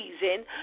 season